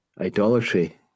idolatry